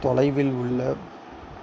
தொலைவில் உள்ள